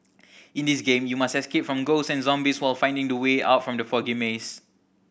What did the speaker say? in this game you must escape from ghosts and zombies while finding the way out from the foggy maze